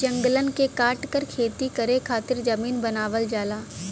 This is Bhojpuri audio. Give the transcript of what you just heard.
जंगलन के काटकर खेती करे खातिर जमीन बनावल जाला